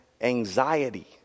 anxiety